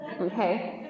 okay